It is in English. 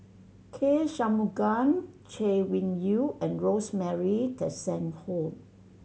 K Shanmugam Chay Weng Yew and Rosemary Tessensohn